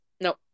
no